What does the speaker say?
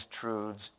truths